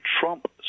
Trump